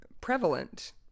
prevalent